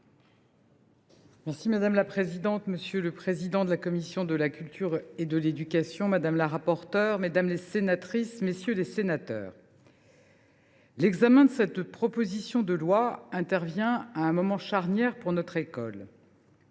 Madame la présidente, monsieur le président de la commission de la culture, madame la rapporteure, mesdames les sénatrices, messieurs les sénateurs, l’examen de cette proposition de loi intervient à un moment charnière pour notre école.